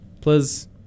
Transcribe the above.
Please